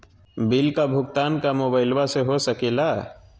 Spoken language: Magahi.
बिल का भुगतान का मोबाइलवा से हो सके ला?